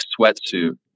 sweatsuit